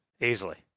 Easily